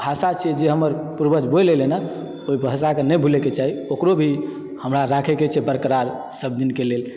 भाषा छी जे हमर पूर्वज बोलि एलन यऽ ओहिभाषाके नहि भूलयके चाही ओकरो भी हमरा राखयके छै बरकरार सभ दिनके लेल